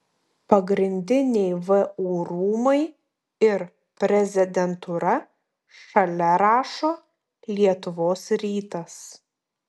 pagrindiniai vu rūmai ir prezidentūra šalia rašo lietuvos rytas